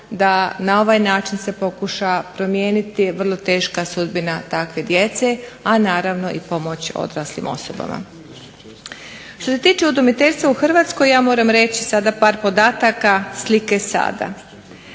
da na ovaj način se pokuša promijeniti vrlo teška sudbina takve djece a naravno i pomoć odraslim osobama. Što se tiče udomiteljstva u Hrvatskoj ja moram reći sada par podataka slike sada.